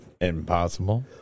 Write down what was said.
impossible